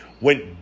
went